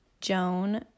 Joan